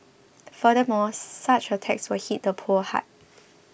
furthermore such a tax will hit the poor hard